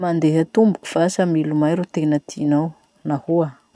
Mandeha tomboky va sa milomay ro tena tinao? Nahoa?